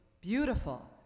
Beautiful